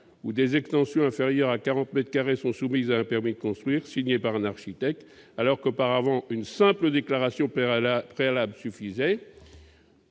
où des extensions inférieures à 40 mètres carrés sont soumises à un permis de construire signé par un architecte, alors qu'auparavant une simple déclaration préalable suffisait.